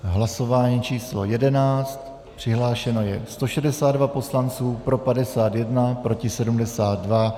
Hlasování číslo 11, přihlášeno je 162 poslanců, pro 51, proti 72.